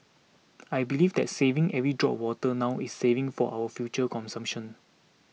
I believe that saving every drop of water now is saving for our future consumption